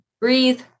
breathe